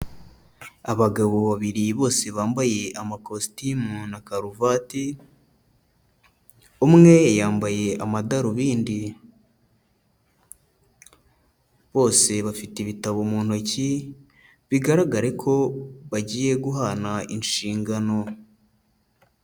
Abagabo babiri bose bambaye amakositimu na karuvati, umwe yambaye amadarubindi, bose bafite ibitabo mu ntoki, bigaragare ko bagiye guhana inshingano.